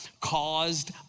caused